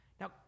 now